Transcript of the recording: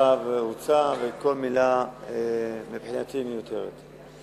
הצו הוצא, ומבחינתי כל מלה מיותרת.